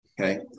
okay